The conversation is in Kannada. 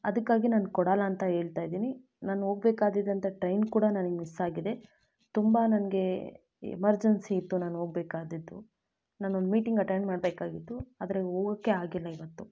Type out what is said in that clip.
ಅದಕ್ಕಾಗಿ ನಾನು ಕೊಡೋಲ್ಲ ಅಂತ ಹೇಳ್ತಾ ಇದ್ದೀನಿ ನಾನು ಹೋಗ್ಬೇಕಾದಿದಂತಾ ಟ್ರೈನ್ ಕೂಡ ನನ್ಗೆ ಮಿಸ್ ಆಗಿದೆ ತುಂಬ ನನಗೆ ಎಮರ್ಜೆನ್ಸಿ ಇತ್ತು ನಾನು ಹೋಗ್ಬೇಕಾದಿದ್ದು ನಾನೊಂದು ಮೀಟಿಂಗ್ ಅಟೆಂಡ್ ಮಾಡಬೇಕಾಗಿತ್ತು ಆದರೆ ಹೋಗೋಕ್ಕೇ ಆಗಿಲ್ಲ ಇವತ್ತು